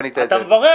מברך